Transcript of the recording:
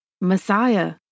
Messiah